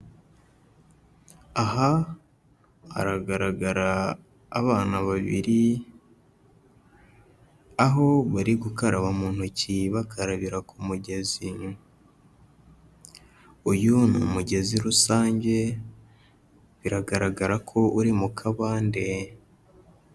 Aha haragaragara abana babiri, aho bari gukaraba mu ntoki bakarabira ku mugezi, uyu ni umugezi rusange, biragaragara ko uri mu kabande.